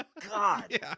God